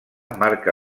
marca